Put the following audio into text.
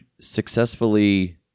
successfully